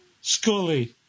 Scully